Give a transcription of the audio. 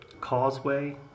causeway